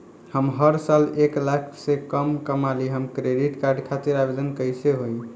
हम हर साल एक लाख से कम कमाली हम क्रेडिट कार्ड खातिर आवेदन कैसे होइ?